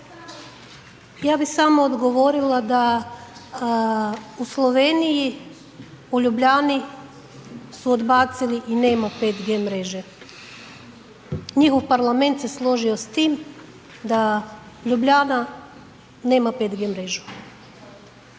Ja bi samo odgovorila da u Sloveniji u Ljubljani su odbacili i nema 5G mreže. Njihov parlament se složio s tim da Ljubljana nema 5G mrežu.